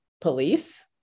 police